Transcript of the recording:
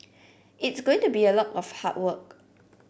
it's going to be a lot of hard work